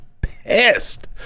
pissed